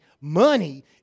Money